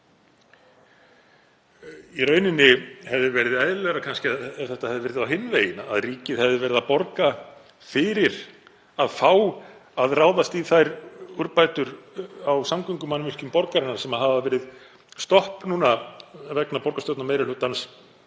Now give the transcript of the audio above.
Í rauninni hefði verið eðlilegra ef þetta hefði verið á hinn veginn, að ríkið hefði verið að borga fyrir að fá að ráðast í þær úrbætur á samgöngumannvirkjum borgaranna sem hafa verið stopp núna vegna borgarstjórnarmeirihlutans